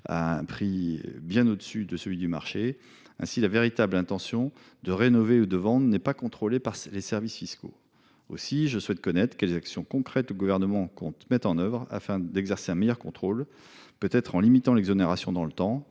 à un prix bien supérieur à celui du marché. Ainsi, la véritable intention de rénover ou de vendre n’est pas contrôlée par les services fiscaux. Quelles actions concrètes le Gouvernement compte t il mettre en œuvre pour exercer un meilleur contrôle, peut être en limitant l’exonération dans le temps,